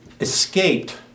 escaped